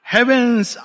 Heaven's